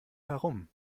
herum